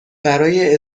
برای